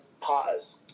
pause